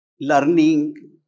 learning